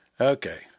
Okay